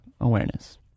awareness